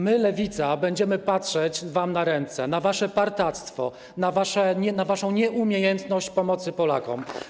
My, Lewica, będziemy patrzeć wam na ręce, na wasze partactwo, na waszą nieumiejętność pomocy Polakom.